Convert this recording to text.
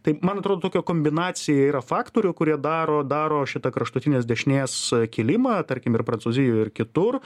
tai man atrodo tokia kombinacija yra faktorių kurie daro daro šitą kraštutinės dešinės kilimą tarkim ir prancūzijoj ir kitur